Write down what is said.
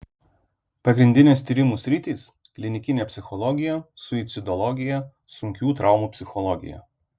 pagrindinės tyrimų sritys klinikinė psichologija suicidologija sunkių traumų psichologija